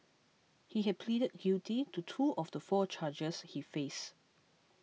he had pleaded guilty to two of the four charges he faced